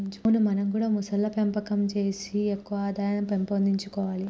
అవును మనం గూడా మొసళ్ల పెంపకం సేసి ఎక్కువ ఆదాయం పెంపొందించుకొవాలే